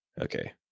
Okay